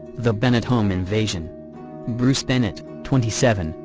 the bennett home invasion bruce bennett, twenty seven,